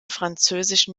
französischen